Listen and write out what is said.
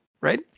right